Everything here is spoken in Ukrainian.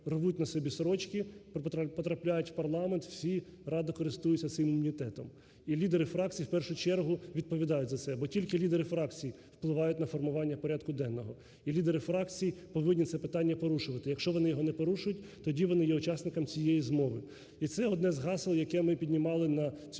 рвуть на собі сорочки, потрапляють в парламент і всі радо користуються цим імунітетом. І лідери фракцій в першу чергу відповідають за це, бо тільки лідери фракцій впливають на формування порядку денного і лідери фракцій повинні це питання порушувати. Якщо вони його не порушують, тоді вони є учасником цієї змови. І це одне з гасел, яке ми піднімали на